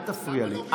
אל תפריע לי,